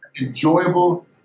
enjoyable